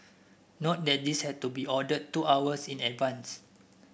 note that this had to be ordered two hours in advance